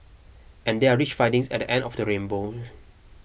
and there are rich findings at the end of the rainbow